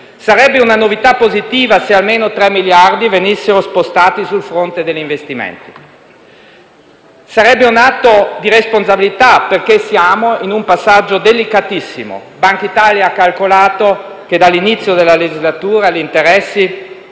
Sarebbe una novità positiva se almeno 3 miliardi venissero spostati sul fronte degli investimenti. Sarebbe un atto di responsabilità, perché siamo in un passaggio delicatissimo: Bankitalia ha calcolato che, dall'inizio della legislatura, gli interessi